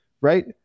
right